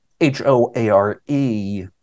H-O-A-R-E